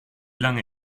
lange